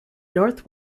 north